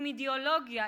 עם אידיאולוגיה,